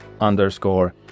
underscore